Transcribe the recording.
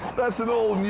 that's an all-new.